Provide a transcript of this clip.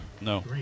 No